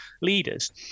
leaders